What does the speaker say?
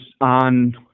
on